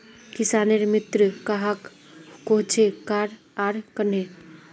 किसानेर मित्र कहाक कोहचे आर कन्हे?